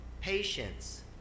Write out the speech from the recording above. patience